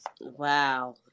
Wow